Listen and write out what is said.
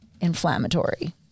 inflammatory